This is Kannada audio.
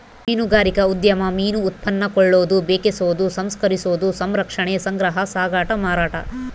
ಮೀನುಗಾರಿಕಾ ಉದ್ಯಮ ಮೀನು ಉತ್ಪನ್ನ ಕೊಳ್ಳೋದು ಬೆಕೆಸೋದು ಸಂಸ್ಕರಿಸೋದು ಸಂರಕ್ಷಣೆ ಸಂಗ್ರಹ ಸಾಗಾಟ ಮಾರಾಟ